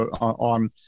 on